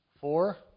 Four